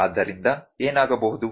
ಆದ್ದರಿಂದ ಏನಾಗಬಹುದು